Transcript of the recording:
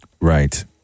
Right